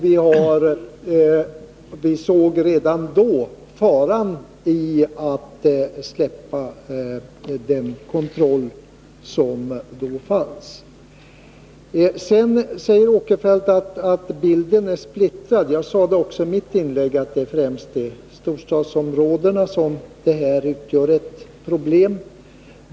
Vi såg redan då faran i att släppa den kontroll som dittills hade funnits. Vidare säger herr Åkerfeldt att bilden är splittrad. Också jag sade i mitt inlägg att det främst är i storstadsområdena som problemen finns.